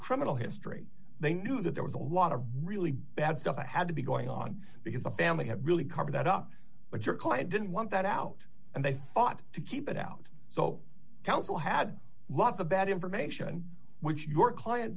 criminal history they knew that there was a lot of really bad stuff had to be going on because the family had really cover that up but your client didn't want that out and they fought to keep it out so council had lots of bad information which your client